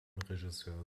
regisseur